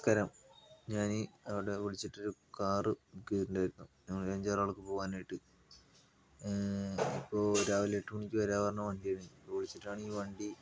നമസ്ക്കാരം ഞാനീ അവിടെ വിളിച്ചിട്ടൊരു കാറ് ബുക്ക് ചെയ്തിട്ടുണ്ടായിരുന്നു ഞങ്ങളൊരു അഞ്ചാറൾക്ക് പോകാനായിട്ട് അപ്പോ രാവിലെ എട്ടു മണിക്ക് വരാന്ന് പറഞ്ഞ വണ്ടിയാണ് ഇപ്പോൾ വിളിച്ചിട്ടാണെങ്കിൽ വണ്ടി